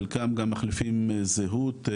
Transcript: חלקם גם מחליפים זהות,